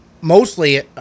mostly